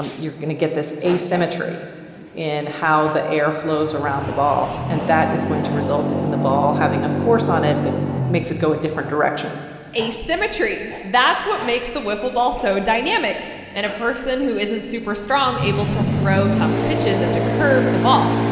you're going to get this asymmetry in how the air flows around the ball. and that is going to result in the ball having a force on it that makes it go a different direction asymmetry that's what makes the wiffle ball so dynamic and a person who isn't super strong able to throw tough pitches and to curve the ball.